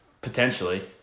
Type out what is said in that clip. Potentially